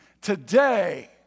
today